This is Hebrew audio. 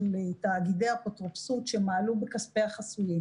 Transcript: תאגידי אפוטרופסות שמעלו בכספי החסויים.